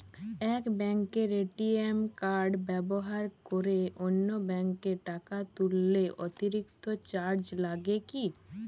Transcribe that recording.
এক ব্যাঙ্কের ATM card ব্যবহার করে অন্য ব্যঙ্কে টাকা তুললে অতিরিক্ত চার্জ লাগে কি?